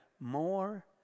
More